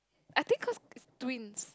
I think cause is twins